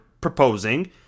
proposing